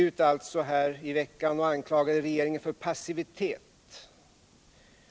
Han anklagade i förra veckan regeringen för passivitet.